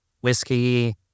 whiskey